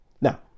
Now